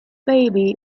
baby